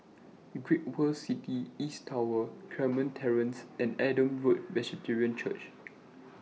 Great World City East Tower Carmen Terrace and Adam Road Presbyterian Church